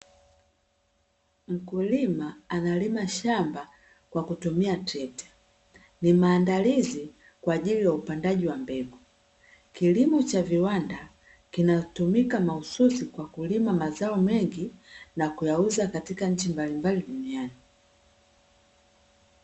Mkulima analima shamba kwa kutumia trekta, ni maandalizi kwa ajili ya upandaji wa mbegu. Kilimo cha viwanda kinatumika mahususi kwa kulima mazao mengi, na kuyauza katika nchi mbalimbali duniani.